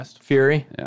Fury